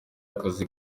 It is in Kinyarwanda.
akazi